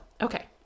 okay